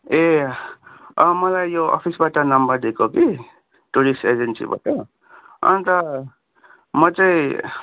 ए अँ मलाई यो अफिसबाट नम्बर दिएको कि टुरिस्ट एजेन्सीबाट अन्त म चाहिँ